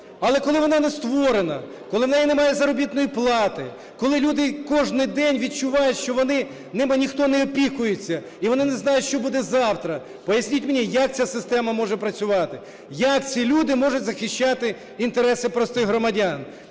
Але коли вона не створена, коли в неї немає заробітної плати, коли люди кожен день відчувають, що ними ніхто не опікується і вони не знають, що буде завтра, поясніть мені, як ця система може працювати, як цю люди можуть захищати інтереси простих громадян?